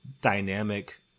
dynamic